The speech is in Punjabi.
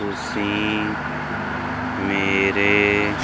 ਤੁਸੀਂ ਮੇਰੇ